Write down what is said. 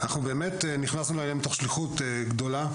נכנסנו מתוך שליחות גדולה